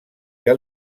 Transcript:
què